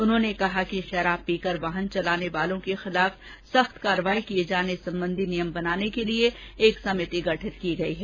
उन्होंने कहा कि शराब पीकर वाहन चलाने वालों के खिलाफ सख्त कार्रवाही किये जाने संबंधी नियम बनाने के लिए एक समिति गठित की गयी है